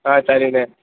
ஆ சரிங்க